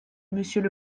monsieur